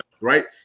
right